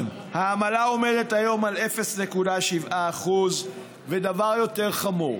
העמלה עומדת היום על 0.7%. ודבר יותר חמור,